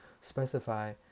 specify